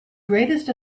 greatest